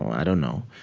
i don't know.